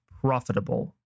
profitable